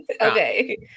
Okay